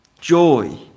joy